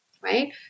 right